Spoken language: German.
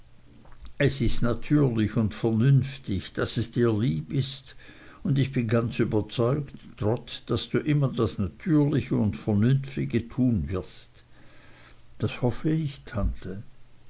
es ist natürlich und vernünftig daß es dir lieb ist und ich bin ganz überzeugt trot daß du immer das natürliche und vernünftige tun wirst das hoffe ich tante